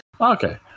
Okay